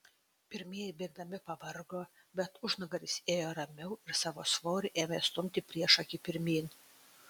pirmieji bėgdami pavargo bet užnugaris ėjo ramiau ir savo svoriu ėmė stumti priešakį pirmyn